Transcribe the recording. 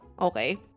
Okay